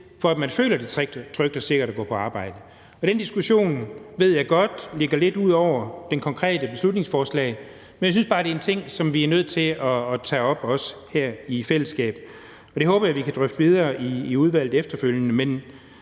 for at man føler, at det er trygt og sikkert at gå på arbejde, og den diskussion ved jeg godt ligger lidt ud over det konkrete beslutningsforslag. Men jeg synes også bare, det er en ting, som vi er nødt til at tage op her i fællesskab, og det håber jeg at vi kan drøfte videre i udvalget efterfølgende.